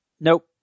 Nope